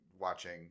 watching